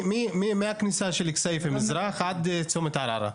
מהכניסה של כסיפה מזרח עד צומת ערערה.